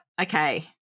okay